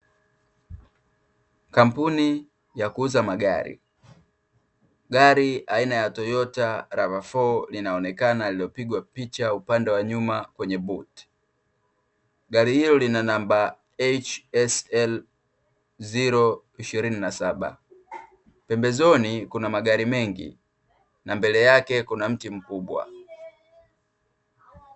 Kampuni ya kuuza magari. Gari aina ya Toyota RAV4 linaonekana lililopigwa picha upande wa nyuma kwenye buti. Gari hilo lina namba HSL027. Pembezoni kuna magari mengi na mbele yake kuna mti mkubwa.